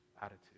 attitude